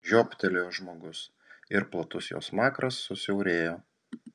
žiobtelėjo žmogus ir platus jo smakras susiaurėjo